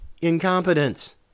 incompetence